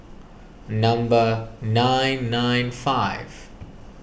number nine nine five